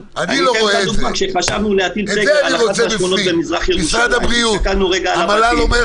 על מנת לא להגיע